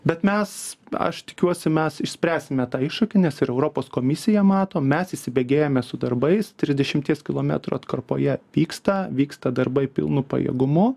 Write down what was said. bet mes aš tikiuosi mes išspręsime tą iššūkį nes ir europos komisija mato mes įsibėgėjame su darbais trisdešimties kilometrų atkarpoje vyksta vyksta darbai pilnu pajėgumu